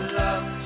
love